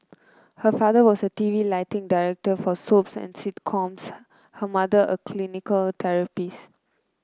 her father was a T V lighting director for soaps and sitcoms her mother a clinical therapist